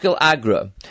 agra